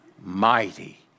Mighty